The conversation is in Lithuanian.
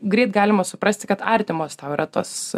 greit galima suprasti kad artimos tau yra tos